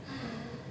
!hais!